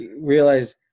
Realize